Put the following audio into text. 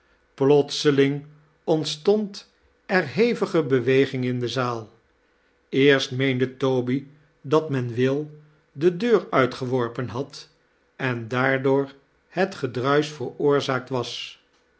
plotseling ontstond er hevige beweging in de zaal eerst meende toby dat men will de deur uitgeworpen had en daardoor het gedniisoh veroorzaakt was